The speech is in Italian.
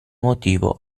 motivo